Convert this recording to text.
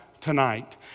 tonight